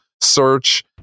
search